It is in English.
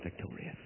victorious